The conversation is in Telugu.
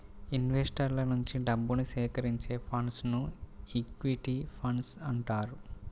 ఇన్వెస్టర్ల నుంచి డబ్బుని సేకరించే ఫండ్స్ను ఈక్విటీ ఫండ్స్ అంటారు